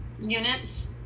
units